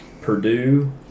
Purdue